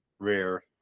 rare